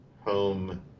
home